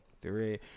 three